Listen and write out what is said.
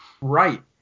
Right